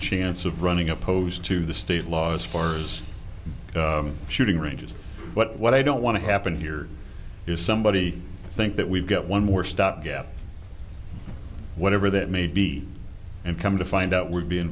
chance of running opposed to the state laws farmers shooting ranges but what i don't want to happen here is somebody think that we've got one more stop gap whatever that may be and come to find out would be in